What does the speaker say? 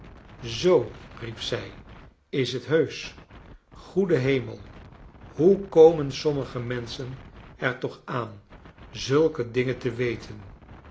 zooi riep zij is t heusch g-oede hemel hoe komen s ommige menschen er toch aan zulke dingen te weten